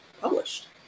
published